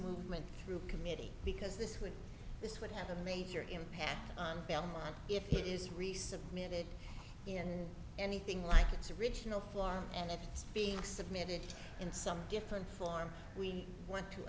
movement through committee because this would this would have a major impact on belmont if it is resubmitted in anything like its original form and if it's being submitted in some different form we want to